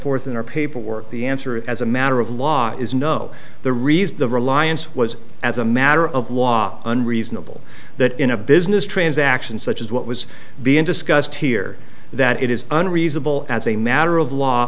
forth in our paperwork the answer as a matter of law is no the reason the reliance was as a matter of law unreasonable that in a business transaction such as what was being discussed here that it is unreasonable as a matter of law